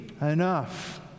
enough